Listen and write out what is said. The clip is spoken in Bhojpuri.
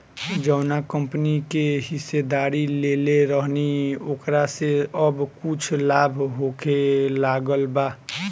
जावना कंपनी के हिस्सेदारी लेले रहनी ओकरा से अब कुछ लाभ होखे लागल बा